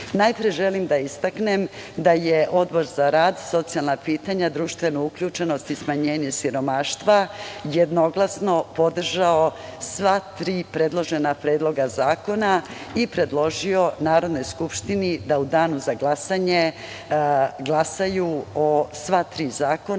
želim da istaknem da je Odbor za rad, socijalna pitanja, društvenu uključenost i smanjenje siromaštva jednoglasno podržao sva tri predložena predloga zakona i predložio Narodnoj skupštini da u danu za glasanje glasaju o sva tri zakona